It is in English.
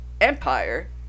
Empire